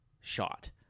shot